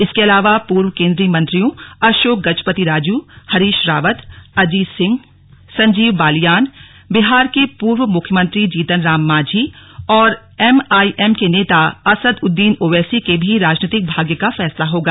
इसके अलावा पूर्व केन्द्रीय मंत्रियों अशोक गजपति राजू हरीश रावत अजीत सिंह संजीव बालियान बिहार के पूर्व मुख्यमंत्री जीतन राम मांझी और एम आई एम के नेता असद उद्दीन ओवैसी के भी राजनीतिक भाग्य का फैसला होगा